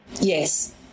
Yes